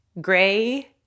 gray